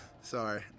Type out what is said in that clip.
Sorry